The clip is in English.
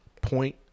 point